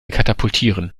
katapultieren